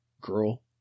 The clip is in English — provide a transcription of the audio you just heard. Girl